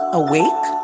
awake